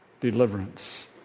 deliverance